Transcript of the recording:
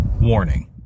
Warning